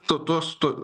to tostu